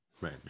right